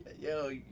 Yo